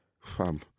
Fam